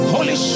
Holy